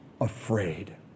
afraid